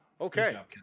Okay